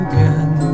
Again